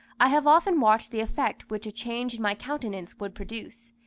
i have often watched the effect which a change in my countenance would produce.